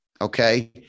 Okay